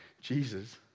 Jesus